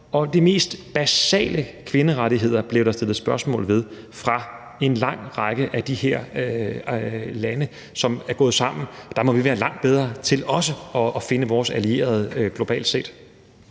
ved de mest basale kvinderettigheder fra en lang række af de her lande, som er gået sammen om det. Der må vi være langt bedre til også at finde vores allierede globalt set.